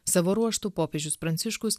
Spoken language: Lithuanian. savo ruožtu popiežius pranciškus